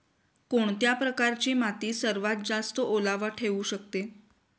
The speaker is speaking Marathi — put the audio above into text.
कोणत्या प्रकारची माती सर्वात जास्त ओलावा ठेवू शकते?